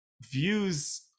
views